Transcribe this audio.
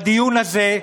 בדיון הזה,